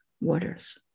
waters